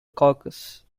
caucus